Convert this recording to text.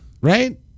Right